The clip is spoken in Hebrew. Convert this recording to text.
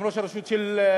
גם ראש הרשות של מע'אר,